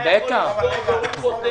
כתוצאה מאירוע מורכב שנוהל כאן בוועדה,